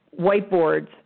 whiteboards